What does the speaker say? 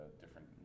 different